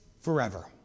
forever